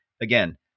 Again